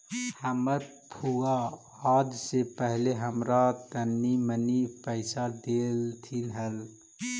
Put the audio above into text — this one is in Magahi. हमर फुआ जाए से पहिले हमरा तनी मनी पइसा डेलथीन हल